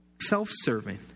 self-serving